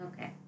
Okay